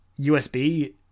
USB